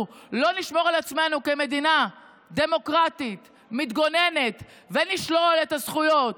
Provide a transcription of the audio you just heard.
כמדינה דמוקרטית מתגוננת ונשלול את הזכויות